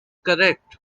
correct